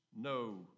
no